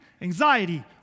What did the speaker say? anxiety